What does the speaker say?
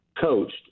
coached